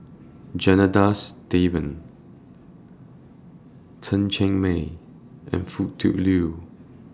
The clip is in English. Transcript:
Janadas Devan Chen Cheng Mei and Foo Tui Liew